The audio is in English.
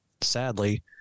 sadly